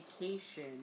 vacation